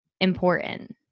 important